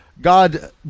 God